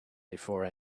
before